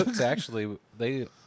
actually—they